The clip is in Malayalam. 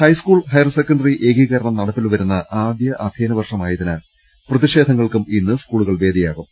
ഹൈസ്കൂൾ ഹയർസെക്കൻറി ഏകീകരണം നടപ്പിൽ വരുന്ന ആദ്യ അധ്യയനവർഷമായതിനാൽ പ്രതിഷേധങ്ങൾക്കും ഇന്ന് സ്കൂളുകൾ വേദി യാകും